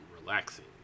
relaxing